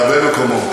בהרבה מקומות.